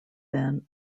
then